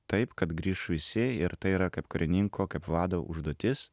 taip kad grįš visi ir tai yra kaip karininko kaip vado užduotis